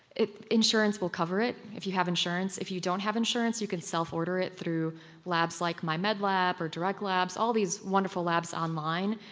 insurance will cover it, if you have insurance. if you don't have insurance, you can selforder it through labs like my med lab or direct labs, all these wonderful labs online.